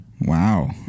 Wow